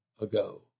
ago